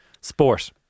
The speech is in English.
Sport